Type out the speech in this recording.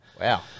Wow